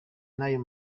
n’ayo